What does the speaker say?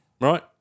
right